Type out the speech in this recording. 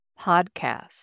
Podcast